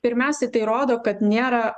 pirmiausiai tai rodo kad nėra